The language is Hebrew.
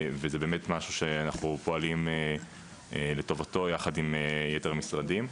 וזה באמת משהו אנחנו פועלים לטובתו יחד עם יתר המשרדים.